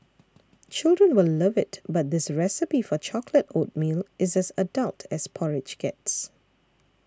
children will love it but this recipe for chocolate oatmeal is as adult as porridge gets